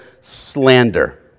slander